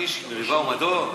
אני איש מריבה ומדון?